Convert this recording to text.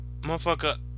motherfucker